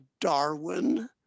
darwin